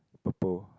purple